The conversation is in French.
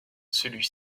celui